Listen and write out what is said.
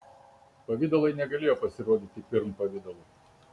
pavidalai negalėjo pasirodyti pirm pavidalų